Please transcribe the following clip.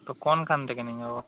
তো কোনখান থেকে নিয়ে যাব